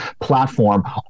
platform